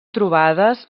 trobades